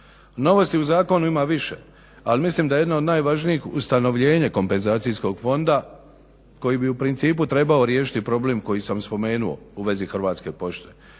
Novosti u zakonu ima više, ali mislim da je jedna od najvažnijih ustanovljenje kompenzacijskog fonda koji bi u principu trebao riješiti problem koji sam spomenuo u vezi Hrvatske pošte.